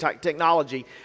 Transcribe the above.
technology